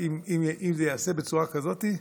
אם זה ייעשה בצורה כזאת,